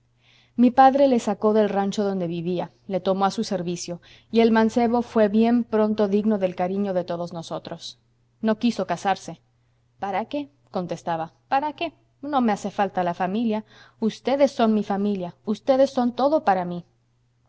mi padre le sacó del rancho donde vivía le tomó a su servicio y el mancebo fué bien pronto digno del cariño de todos nosotros no quiso casarse para qué contestaba para qué no me hace falta la familia ustedes son mi familia ustedes son todo para mí